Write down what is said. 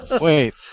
Wait